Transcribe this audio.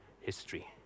history